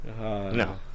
No